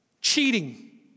Cheating